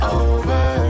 over